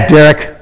Derek